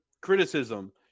criticism